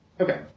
Okay